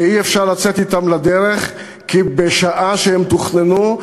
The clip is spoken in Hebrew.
שאי-אפשר לצאת אתן לדרך כי בשעה שהם תוכננו,